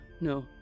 no